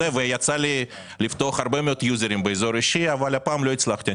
יצא לי הרבה מאוד פעמים לפתוח "יוזרים" באזור אישי אבל הפעם לא הצלחתי.